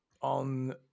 on